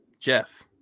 Jeff